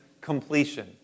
completion